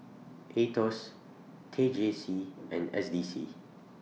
Aetos T J C and S D C